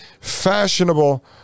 fashionable